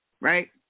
right